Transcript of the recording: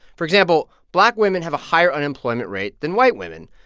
for example, black women have a higher unemployment rate than white women.